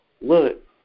Look